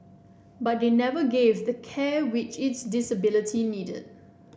but they never gave the care which its disability needed